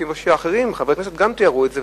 כמו שחברי כנסת אחרים תיארו את זה,